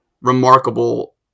remarkable